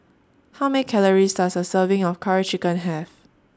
How Many Calories Does A Serving of Curry Chicken Have